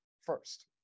first